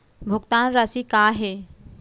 भुगतान राशि का हे?